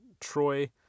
troy